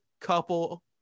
couple